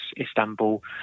Istanbul